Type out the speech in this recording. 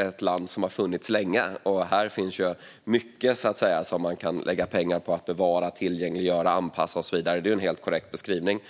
ett land som har funnits länge, och här finns mycket som man kan lägga pengar på att bevara, tillgängliggöra, anpassa och så vidare. Det är en helt korrekt beskrivning.